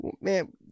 Man